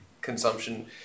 consumption